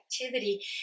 activity